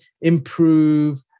improve